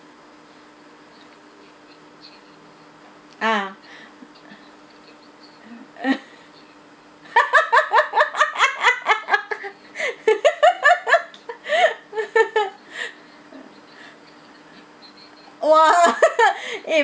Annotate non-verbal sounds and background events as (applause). ah (laughs) !wah! (laughs) eh